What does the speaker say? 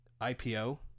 IPO